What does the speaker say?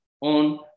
on